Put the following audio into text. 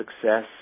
success